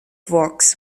vaux